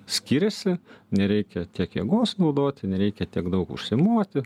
skiriasi nereikia tiek jėgos naudoti nereikia tiek daug užsimoti